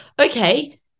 okay